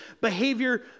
behavior